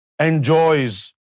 enjoys